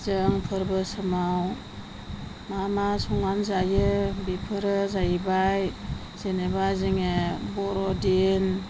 जों फोरबो समाव मा मा संनानै जायो बेफोरो जाहैबाय जेनेबा जोङो बर'दिन